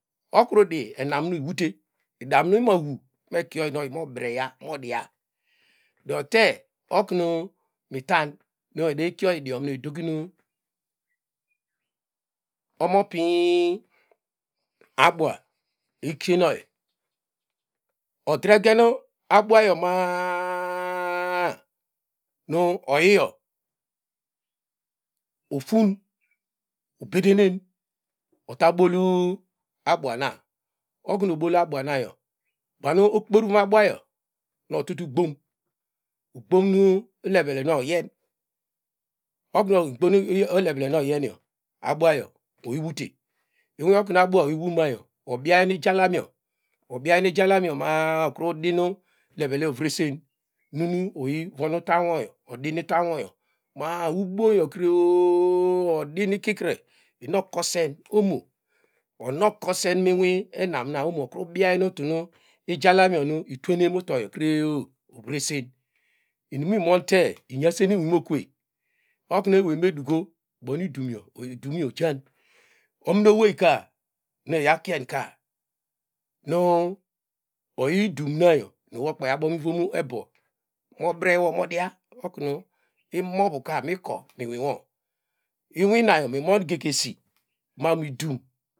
Okru di enam nu iwute inam nu ima wu mekie oyi no oyi mo breya modia do okru mi tan edey koyi idiom nu edoginu omo piny abua shiekenoyi ohe gen abuayo ma- a- a- a nu oyiyo ofum obedenen ota bolu abuana oknu obol abuanayo banu okporvom abua nu otutu gbom ogbom ulevele no oyen okim ogbon ulevele noyo oyenio abuayo oyi wute inwi okum abua oyi wunayo biany nu ijalamiyo obyay nu ijalama a okru din ulerele ovresen nu oyvon utan no odin utanwo ma ubuoyo kro- o- o odin ki kre inu okusen ono ona okose inwi enam na omo okru biyay tulu nu ijalamuyo ituenen utoyo kre ovresen inum me mimente inyanse mi nwime okuvey okun ewey me duko idinu idimyo oja ominonay enu eyakein ka nu oyi idunnayo nu no kpey abo mu ivom ebuo mobrei no modia oknu imovuka iko miwinnayo mimon gegesi mam onu idum.